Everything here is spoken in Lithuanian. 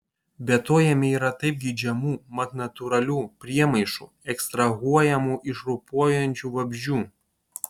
be to jame yra taip geidžiamų mat natūralių priemaišų ekstrahuojamų iš ropojančių vabzdžių